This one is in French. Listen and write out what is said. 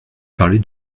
parler